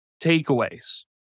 takeaways